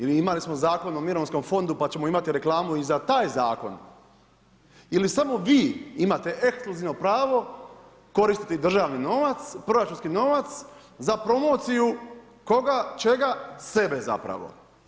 Ili imali smo zakon o mirovinskom fondu pa ćemo imati reklamu i za taj zakon ili samo vi imate ekskluzivno pravo koristiti državni novac, proračunski novac za promociju koga, čega, sebe zapravo.